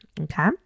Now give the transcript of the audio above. Okay